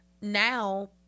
now